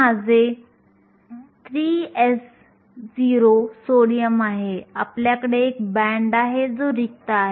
वाहकतेसाठी समीकरण लिहिण्यासाठी आपण हे एकत्र ठेवू शकतो